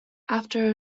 after